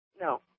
No